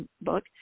book